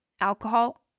alcohol